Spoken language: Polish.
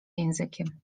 językiem